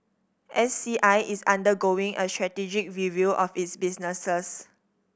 S C I is undergoing a strategic review of its businesses